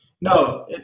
No